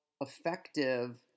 effective